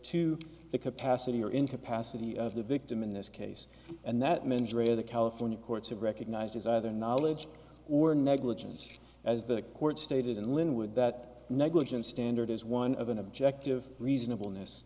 to the capacity or incapacity of the victim in this case and that mens rea of the california courts have recognized as either knowledge or negligence as the court stated in lynnwood that negligence standard is one of an objective reasonable